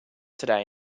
today